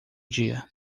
dia